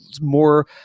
more